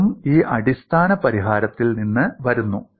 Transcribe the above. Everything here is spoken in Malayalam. അതും ഈ അടിസ്ഥാന പരിഹാരത്തിൽ നിന്ന് വരുന്നു